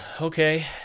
Okay